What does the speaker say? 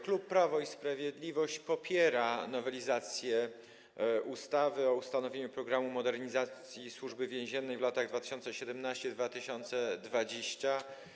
Klub Prawo i Sprawiedliwość popiera nowelizację ustawy o ustanowieniu „Programu modernizacji Służby Więziennej w latach 2017-2020”